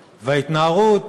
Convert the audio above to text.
וההתנערות,